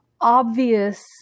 obvious